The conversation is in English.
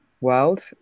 world